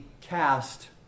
cast